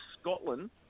Scotland